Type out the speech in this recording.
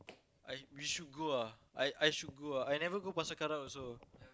I we should go ah I I should go ah I never go Pasar-Karat also